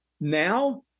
Now